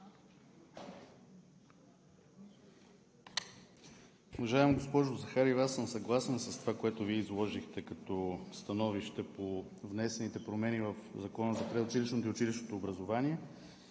Уважаема госпожо Захариева, аз съм съгласен с това, което Вие изложихте като становище по внесените промени в Закона за предучилищното и училищното образование.